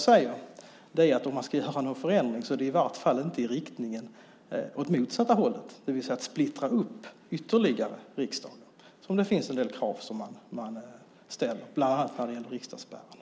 Om man ska göra förändringar är det i vart fall inte i motsatt riktning, det vill säga att splittra upp riksdagen ytterligare. Det har ställts en del krav på det, bland annat när det gäller riksdagsspärrarna.